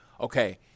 okay